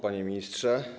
Panie Ministrze!